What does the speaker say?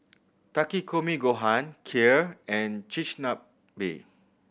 Takikomi Gohan Kheer and Chigenabe